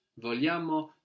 Vogliamo